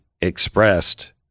expressed